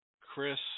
Chris